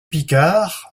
picard